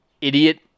idiot